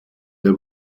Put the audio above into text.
the